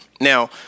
Now